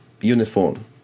uniform